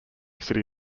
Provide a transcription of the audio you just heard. city